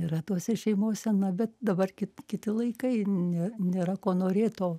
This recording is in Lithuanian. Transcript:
yra tose šeimose na bet dabar kiti laikai ne nėra ko norėt o